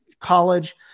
college